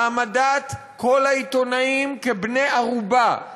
העמדת כל העיתונאים כבני-ערובה,